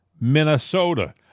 Minnesota